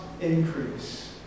increase